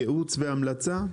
ייעוץ והמלצה?